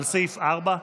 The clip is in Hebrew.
על סעיף 4?